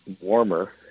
warmer